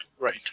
right